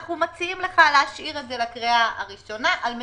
אנחנו מציעים לך להשאיר את זה לקריאה הראשונה כדי